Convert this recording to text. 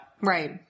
right